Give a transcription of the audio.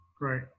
Right